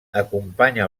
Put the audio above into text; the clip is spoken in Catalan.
acompanya